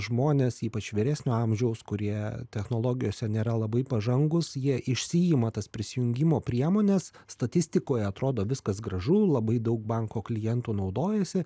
žmonės ypač vyresnio amžiaus kurie technologijose nėra labai pažangūs jie išsiima tas prisijungimo priemones statistikoj atrodo viskas gražu labai daug banko klientų naudojasi